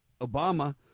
Obama